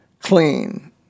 clean